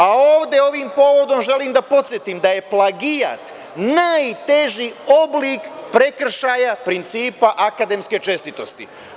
A, ovde ovim povodom želim da podsetim da je plagijat najteži oblik prekršaja principa akademske čestitosti.